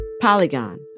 polygon